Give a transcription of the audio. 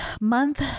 month